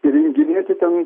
įrenginėti ten